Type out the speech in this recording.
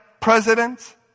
president